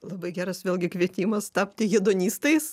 labai geras vėlgi kvietimas tapti hedonistais